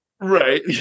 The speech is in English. Right